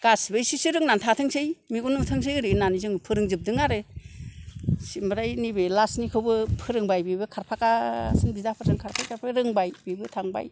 गासिबो एसे एसे रोंनानै थाथोंसै मेगन नुथोंसै ओरै होन्नानै जों फोरोंजोबदों आरो आमफ्राइ नैबे लासनिखौबो फोरोंनाय बेबो खारफागासिनो बिदाफोरजों खारफायै खारफायै रोंबाय बेबो थांबाय